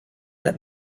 that